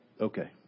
Okay